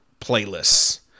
playlists